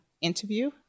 interview